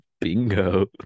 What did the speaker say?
bingo